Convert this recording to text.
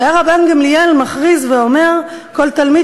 שהיה רבן גמליאל מכריז ואומר: כל תלמיד